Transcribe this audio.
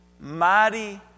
Mighty